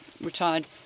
retired